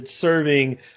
serving